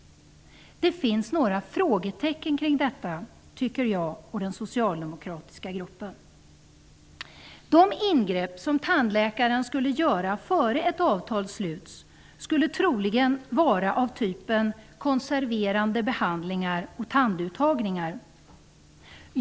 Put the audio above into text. Jag och den socialdemokratiska gruppen tycker att det finns några frågetecken kring detta. De ingrepp som tandläkaren skulle göra före ett avtal sluts skulle troligen vara av typen konserverande behandlingar och tanduttagningar.